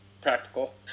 practical